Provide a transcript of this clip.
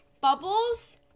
bubbles